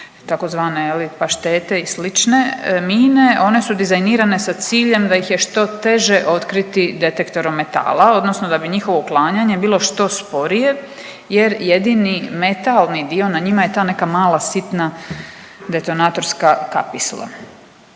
je li, paštete i slične mine. One su dizajnirane sa ciljem da ih je što teže otkriti detektorom metala, odnosno da bi njihovo uklanjanje bilo što sporije jer jedini metalni dio na njima je ta neka mala sitna detonatorska kapisla.